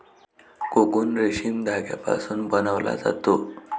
cocoon रेशीम धाग्यापासून बनवला जातो